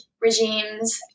regimes